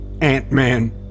Ant-Man